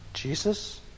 Jesus